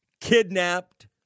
kidnapped